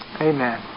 Amen